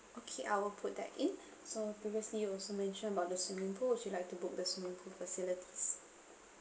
okay I will put that in so previously you also mentioned about the swimming pools would you like to book the swimming pool facilities